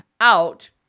out